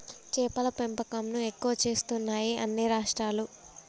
చేపల పెంపకం ను ఎక్కువ చేస్తున్నాయి అన్ని రాష్ట్రాలు